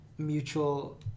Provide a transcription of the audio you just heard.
Mutual